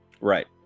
Right